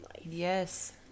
yes